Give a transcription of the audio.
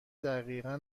دقیقا